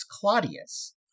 Claudius